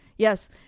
Yes